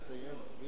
תסיים.